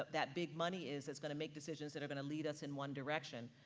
that big money is is gonna make decisions that are going to lead us in one direction.